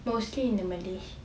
mostly in the malay